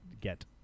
get